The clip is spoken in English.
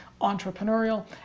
entrepreneurial